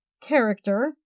character